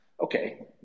okay